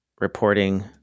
reporting